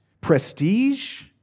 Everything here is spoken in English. prestige